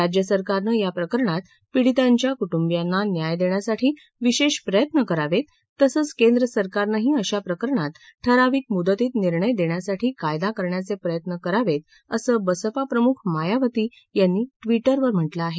राज्यसरकारनं याप्रकरणात पीडितांच्या कुटुंबियांना न्याय देण्यासाठी विशेष प्रयस्न करावेत तसंच केंद्र सरकारनंही अशा प्रकरणात ठराविक मुदतीत निर्णय देण्यासाठी कायदा करण्याचे प्रयस्न करावेत असं बसपा प्रमुख मायावती यांनी ट्विटरवर म्हटलं आहे